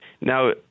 Now